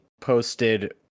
posted